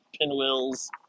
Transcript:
pinwheels